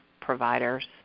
providers